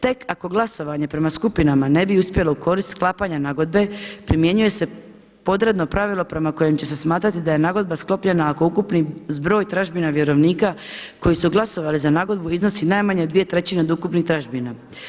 Tek ako glasovanje prema skupinama ne bi uspjelo u korist sklapanja nagodbe primjenjuje se podredno pravilo prema kojem će se smatrati da je nagodba sklopljena ako ukupni zbroj tražbina vjerovnika koji su glasovali za nagodbu iznosi najmanje dvije trećine od ukupnih tražbina.